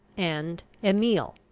and emile,